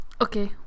Okay